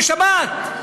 בשבת.